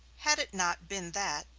had it not been that,